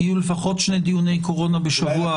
יהיו לפחות שני דיוני קורונה בשבוע.